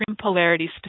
polarity